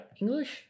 English